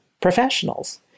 professionals